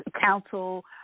council